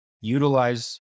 utilize